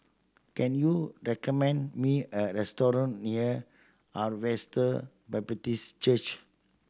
can you recommend me a restaurant near Harvester Baptist Church